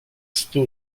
stu